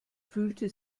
fühlte